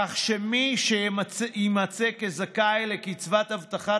כך שמי שיימצא כזכאי לקצבת הבטחת